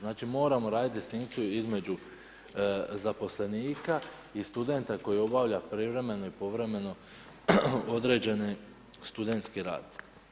Znači moramo raditi distinkciju između zaposlenika i studenta koji obavlja privremeni i povremeno određeni studentski rad.